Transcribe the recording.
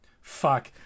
fuck